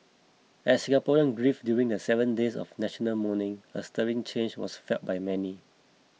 as Singaporeans grieved during the seven days of national mourning a stirring change was felt by many